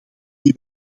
die